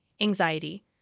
anxiety